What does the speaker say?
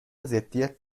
ضدیت